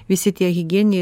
visi tie higieniniai